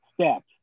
steps